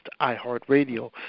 iHeartRadio